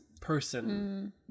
person